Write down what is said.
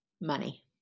money